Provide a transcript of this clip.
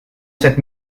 cette